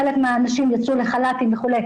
חלק מהאנשים יצאו לחל"ת וכולי,